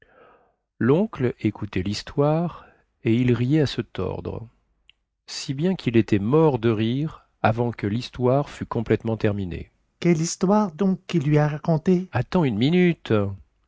loncle écoutait lhistoire et il riait à se tordre si bien quil était mort de rire avant que lhistoire fût complètement terminée quelle histoire donc quil lui a racontée attends une minute